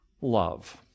love